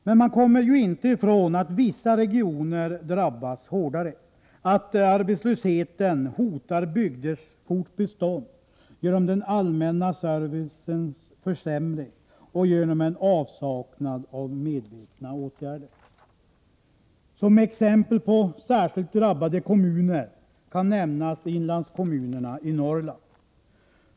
Men man kommer ju inte ifrån att vissa regioner drabbas hårdare, att arbetslösheten hotar bygders fortbestånd genom den allmänna servicens försämring och genom en avsaknad av medvetna åtgärder. Som exempel på särskilt drabbade kommuner kan nämnas inlandskommunerna i Norrland.